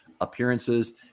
appearances